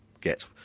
get